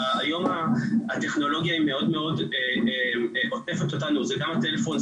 היום הטכנולוגיה היא מאוד עוטפת אותנו זה גם הטלפון,